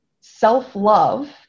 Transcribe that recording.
self-love